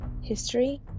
History